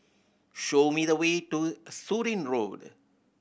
show me the way to Surin Road